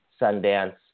Sundance